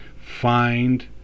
find